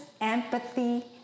empathy